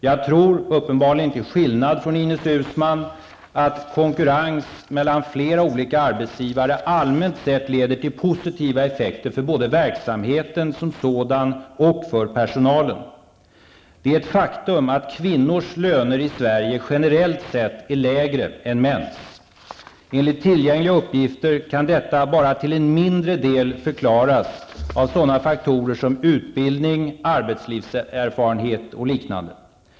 Jag tror, uppenbarligen till skillnad från Ines Uusmann, att konkurrens mellan flera olika arbetsgivare allmänt sett leder till positiva effekter för både verksamheten som sådan och för personalen. Det är ett faktum att kvinnors löner i Sverige generellt sett är lägre än mäns. Enligt tillgängliga uppgifter kan detta bara till en mindre del förklaras av sådana faktorer som utbildning, arbetslivserfarenhet och liknande.